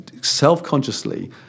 self-consciously